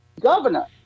governor